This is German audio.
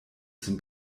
zum